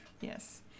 Yes